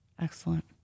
Excellent